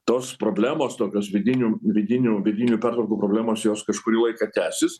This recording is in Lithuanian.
tos problemos tokios vidinių vidinių vidinių pertvarkų problemos jos kažkurį laiką tęsis